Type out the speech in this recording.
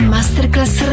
Masterclass